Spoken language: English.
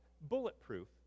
bulletproof